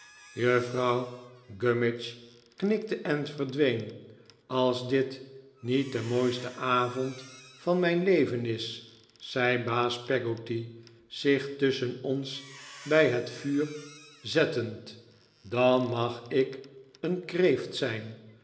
juffrouw gummidge knikte en verdween als dit niet de mooiste avond van mijn leven is zei baas peggotty zich tusschen ons bij het vuur zettend dan mag ik een kreeft zijn